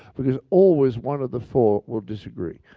because always one of the four will disagree.